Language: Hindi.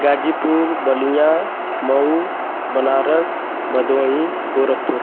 गाज़ीपुर बलिया मऊ बनारस भदोही गोरखपुर